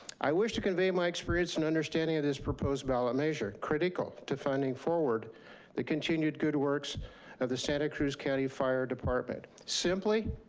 i wish to convey my experience and understanding of this proposed ballot measure, critical to funding forward the continued good works of the santa cruz county fire department. simply,